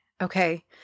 okay